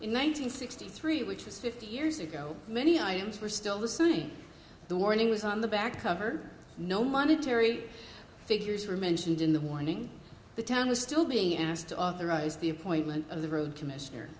hundred sixty three which is fifty years ago many items were still the same the warning was on the back cover no monetary figures were mentioned in the morning the town will still be asked to authorize the appointment of the road commissioner